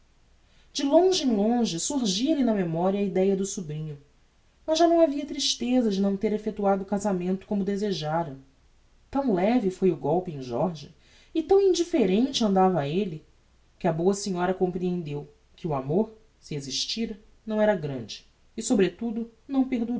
de longe em longe surgia lhe na memoria a ideia do sobrinho mas já não havia tristeza de não ter effectuado o casamento como desejára tão leve foi o golpe em jorge e tão indifferente andava elle que a boa senhora comprehendeu que o amor se existira não era grande e sobretudo não